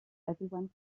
everyone